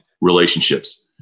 relationships